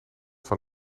van